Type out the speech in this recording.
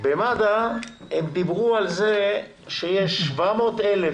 במד"א הם דיברו על זה שיש 700,000